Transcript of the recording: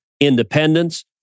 independence